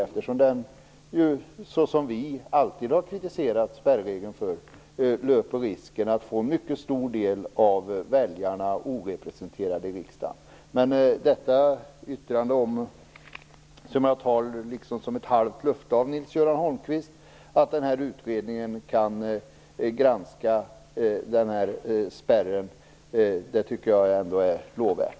Vi har alltid kritiserat spärregeln, eftersom det finns en mycket stor risk att många av väljarna blir orepresenterade i riksdagen. Jag tar det som ett halvt löfte av Nils-Göran Holmqvist att denna utredning kan granska den här spärren. Det är lovvärt.